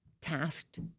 tasked